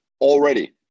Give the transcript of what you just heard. already